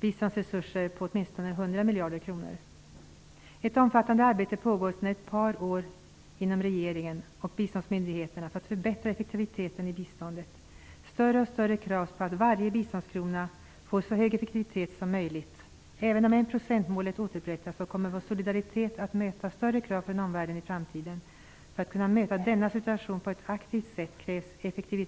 biståndsresurser värda åtminstone 100 miljarder kronor. Ett omfattande arbete pågår sedan ett par år inom regeringen och biståndsmyndigheterna för att förbättra effektiviteten i biståndet. Större och större krav ställs på att varje biståndskrona får så hög effektivitet som möjligt. Även om enprocentsmålet återupprättas kommer vår solidaritet att möta större krav från omvärlden i framtiden. För att kunna möta denna situation på ett aktivt sätt krävs effektivitet.